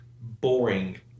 boring